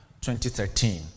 2013